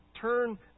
Turn